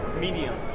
Medium